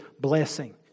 blessing